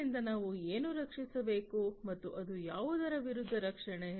ಆದ್ದರಿಂದ ನಾವು ಏನು ರಕ್ಷಿಸಬೇಕು ಮತ್ತು ಅದು ಯಾವುದರ ವಿರುದ್ಧ ರಕ್ಷಣೆ